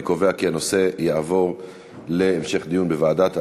אני קובע שהנושא יעבור להמשך דיון בוועדת ערו"ב.